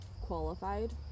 qualified